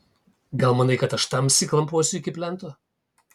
gal manai kad aš tamsy klamposiu iki plento